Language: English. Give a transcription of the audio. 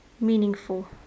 meaningful